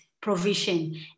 provision